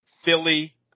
Philly